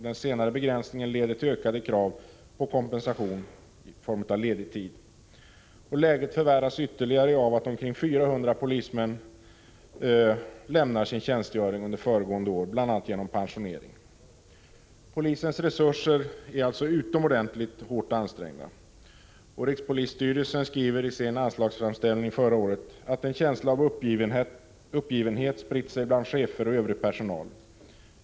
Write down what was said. Den senare begränsningen leder till ökade krav på kompensation i form av ledig tid. Läget förvärras ytterligare av att omkring 400 polismän lämnade sina tjänster under föregående år. Polisens resurser är alltså utomordentligt hårt ansträngda. Rikspolisstyrelsen skriver i sin anslagsframställning förra året att en känsla av uppgivenhet spritt sig bland chefer och övrig personal.